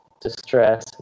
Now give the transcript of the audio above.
distress